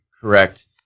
correct